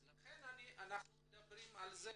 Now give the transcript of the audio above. אז לכן אנחנו מדברים על זה.